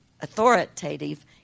authoritative